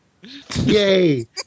Yay